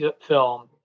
film